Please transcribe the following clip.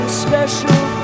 special